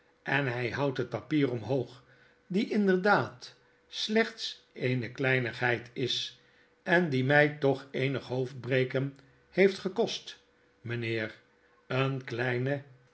en hy houdt het papier omhoog die inderdaad slechts eene kleifligheid is en die my toch eenig hoofdbreken heeft gekost mynheer een kleine